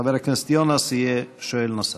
חבר הכנסת יונס יהיה שואל נוסף.